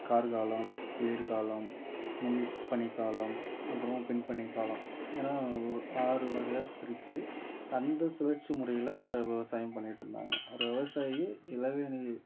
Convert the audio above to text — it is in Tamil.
கார்காலம் குளிர்காலம் முன்பனிக்காலம் அப்புறோம் பின்பனிக்காலம் ஏன்னால் ஒரு ஆறு வகையாக பிரித்து அந்த சுழற்சி முறையில் விவசாயம் பண்ணிகிட்டு இந்தாங்க ஒரு விவசாயி இளவேனிரில்